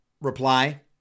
reply